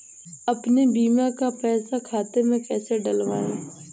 अपने बीमा का पैसा खाते में कैसे डलवाए?